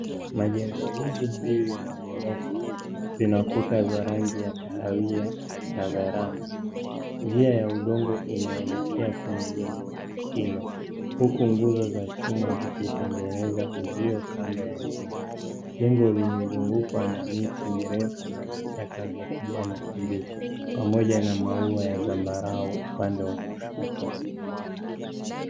Majengo hizi mbili za ghorofa vina kuta za rangi ya kahawia na verandah . Njia ya udongo inaelekea kwenye jengo hilo huku nguzo za chuma zikitengeneza uzio kando ya njia. Jengo limezungukwa na miti mirefu na vichaka vya kijani kibichi pamoja na maua ya zambarau upande wa kushoto.